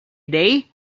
day